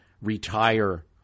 retire